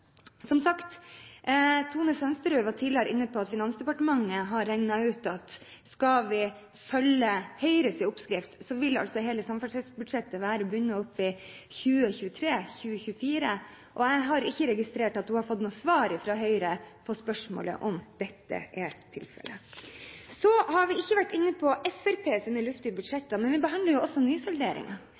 Tone Merete Sønsterud var tidligere inne på at Finansdepartementet har regnet ut at skal vi følge Høyres oppskrift, vil hele samferdselsbudsjettet være bundet opp til 2023–2024. Jeg har ikke registrert at hun har fått noe svar fra Høyre på spørsmålet om dette er tilfellet. Så har vi ikke vært inne på Fremskrittspartiets luftige budsjetter, men vi behandler jo også